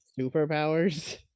superpowers